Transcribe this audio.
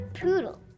poodle